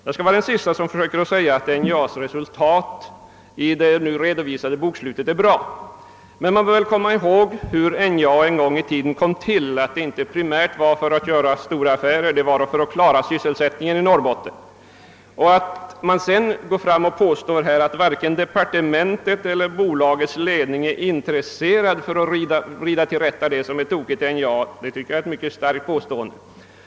Jag är den siste att säga att NJA :s resultat i det nu redovisade bokslutet är bra. Men man bör komma ihåg hur NJA en gång i tiden kom till. Primärt skedde det inte för att göra goda affärer utan för att klara sysselsättningen i Norrbotten. Att sedan här påstå att varken departementet eller bolagsledningen är intresserade av att inom NJA försöka vrida till rätta det som är tokigt är mycket starkt.